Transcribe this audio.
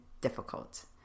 difficult